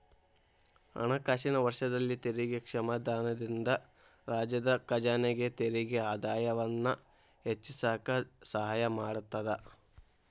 ಹಣಕಾಸಿನ ವರ್ಷದಲ್ಲಿ ತೆರಿಗೆ ಕ್ಷಮಾದಾನದಿಂದ ರಾಜ್ಯದ ಖಜಾನೆಗೆ ತೆರಿಗೆ ಆದಾಯವನ್ನ ಹೆಚ್ಚಿಸಕ ಸಹಾಯ ಮಾಡತದ